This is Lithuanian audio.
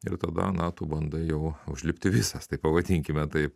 ir tada na tu bandai jau užlipti visas taip pavadinkime taip